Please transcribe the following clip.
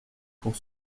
pour